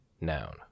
noun